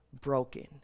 broken